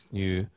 new